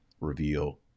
reveal